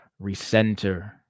recenter